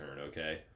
okay